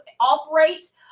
operates